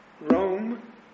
Rome